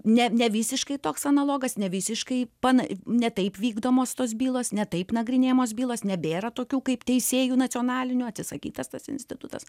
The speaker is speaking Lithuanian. ne nevisiškai toks analogas nevisiškai pana ne taip vykdomos tos bylos ne taip nagrinėjamos bylos nebėra tokių kaip teisėjų nacionalinių atsisakytas tas institutas